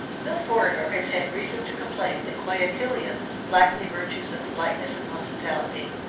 no foreigner has had reason to complain that guayaquilians lacked the virtues of politeness and hospitality.